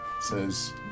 says